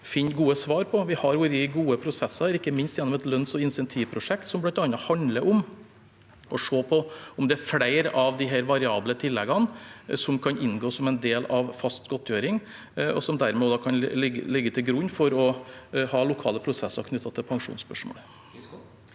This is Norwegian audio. Vi har vært i gode prosesser, ikke minst gjennom et lønns- og insentivprosjekt, som bl.a. handler om å se på om det er flere av disse variable tilleggene som kan inngå som en del av fast godtgjøring, og som dermed kan ligge til grunn for å ha lokale prosesser knyttet til pensjonsspørsmålet.